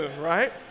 right